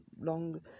long